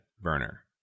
burner